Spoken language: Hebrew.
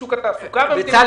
בבקשה.